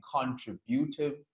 contributive